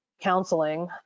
counseling